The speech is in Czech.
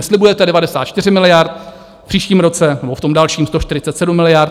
Slibujete 94 miliard, v příštím roce nebo v tom dalším 147 miliard.